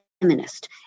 feminist